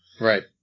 Right